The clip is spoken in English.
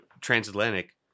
transatlantic